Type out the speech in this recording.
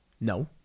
No